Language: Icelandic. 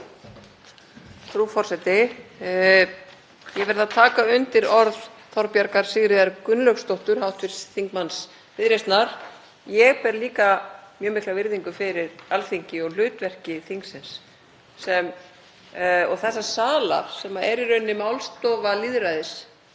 Frú forseti. Ég verð að taka undir orð Þorbjargar Sigríðar Gunnlaugsdóttur, hv. þingmanns Viðreisnar. Ég ber líka mjög mikla virðingu fyrir Alþingi og hlutverki þingsins og þessa salar sem er í rauninni málstofa lýðræðis